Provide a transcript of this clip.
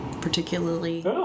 particularly